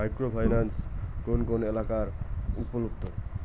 Micro finance কোন কোন এলাকায় উপলব্ধ?